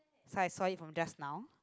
so I saw it from just now